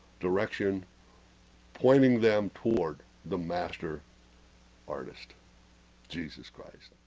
direction pointing them toward the master artist jesus christ